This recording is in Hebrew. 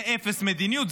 זה אפס מדיניות.